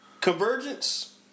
Convergence